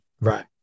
Right